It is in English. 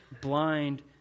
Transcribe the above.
blind